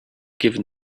given